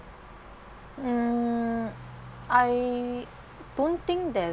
uh I don't think that